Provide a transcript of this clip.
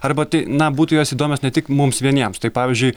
arba tai na būtų jos įdomios ne tik mums vieniems tai pavyzdžiui